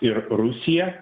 ir rusiją